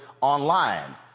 online